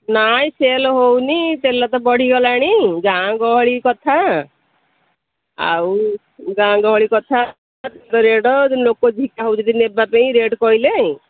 ନାଇଁ ସେଲ୍ ହଉନି ତେଲ ତ ବଢ଼ିଗଲାଣି ଗାଁ ଗହଳି କଥା ଆଉ ଗାଁ ଗହଳି କଥା ରେଟ୍ ଲୋକ ଝିକା ହେଉଛନ୍ତି ନେବା ପାଇଁ ରେଟ୍ କହିଲେଁ